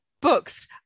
books